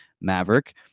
Maverick